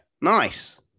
Nice